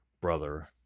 brother